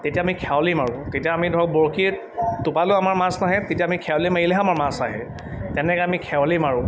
তেতিয়া আমি খেৱলি মাৰোঁ তেতিয়া আমি ধৰক বৰশী টোপালেও আমাৰ মাছ নাহে তেতিয়া আমি খেৱালি মাৰিলেহে আমাৰ মাছ আহে তেনেকৈ আমি খেৱালি মাৰোঁ